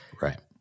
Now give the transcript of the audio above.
Right